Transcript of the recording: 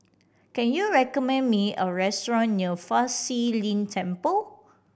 can you recommend me a restaurant near Fa Shi Lin Temple